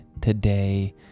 today